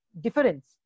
difference